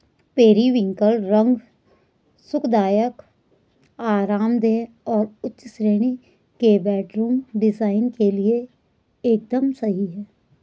periwinkle रंग सुखदायक, आरामदेह और उच्च श्रेणी के बेडरूम डिजाइन के लिए एकदम सही है